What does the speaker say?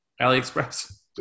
AliExpress